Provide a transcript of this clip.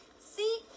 See